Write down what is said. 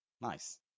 Nice